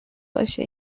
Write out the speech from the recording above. باشه